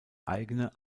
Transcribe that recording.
eigene